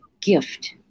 gift